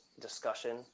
discussion